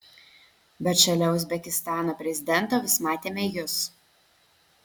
bet šalia uzbekistano prezidento vis matėme jus